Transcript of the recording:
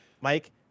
Mike